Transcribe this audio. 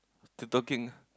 still talking